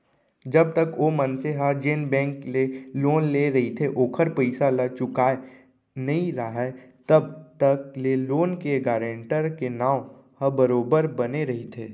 जब तक ओ मनसे ह जेन बेंक ले लोन लेय रहिथे ओखर पइसा ल चुकाय नइ राहय तब तक ले लोन के गारेंटर के नांव ह बरोबर बने रहिथे